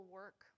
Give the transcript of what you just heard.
work